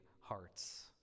hearts